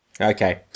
Okay